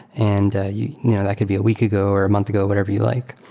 and ah you know that could be a week ago or a month ago or whatever you like.